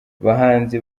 abahanzi